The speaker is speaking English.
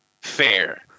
fair